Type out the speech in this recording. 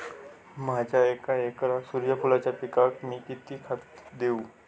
माझ्या एक एकर सूर्यफुलाच्या पिकाक मी किती खत देवू?